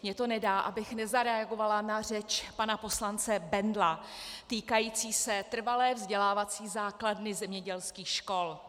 Mně to nedá, abych nezareagovala na řeč pana poslance Bendla týkající se trvalé vzdělávací základny zemědělských škol.